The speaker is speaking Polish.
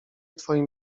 twoim